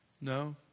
No